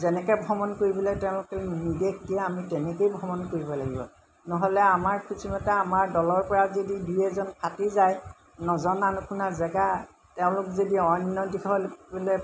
যেনেকৈ ভ্ৰমণ কৰিবলৈ তেওঁলোকে নিৰ্দেশ দিয়ে আমি তেনেকেই ভ্ৰমণ কৰিব লাগিব নহ'লে আমাৰ খুচিমতা আমাৰ দলৰ পৰা যদি দুই এজন ফাটি যায় নজনা নুশুনা জেগা তেওঁলোক যদি অন্য দিশলৈ